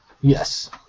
Yes